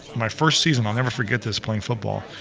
my first season, i'll never forget this playing football,